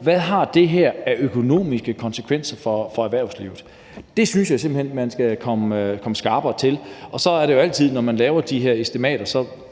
hvad det har af økonomiske konsekvenser for erhvervslivet. Det synes jeg simpelt hen man skal være skarpere på. Så er det jo altid sådan, når man laver de her estimater, at